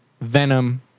Venom